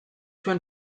zuen